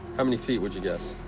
how many feet would you guess?